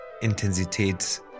Intensität